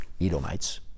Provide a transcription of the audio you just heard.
Edomites